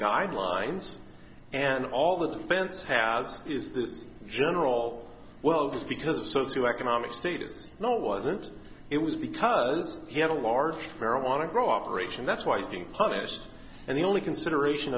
guidelines and all the defense has is this general well just because of socioeconomic status no it wasn't it was because he had a large marijuana grow operation that's why he's being punished and the only consideration